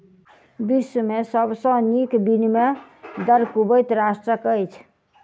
विश्व में सब सॅ नीक विनिमय दर कुवैत राष्ट्रक अछि